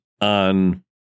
on